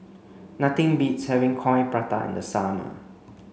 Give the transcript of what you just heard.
nothing beats having Coin Prata in the summer